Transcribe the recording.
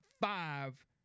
five